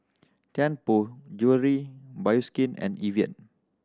Tianpo Jewellery Bioskin and Evian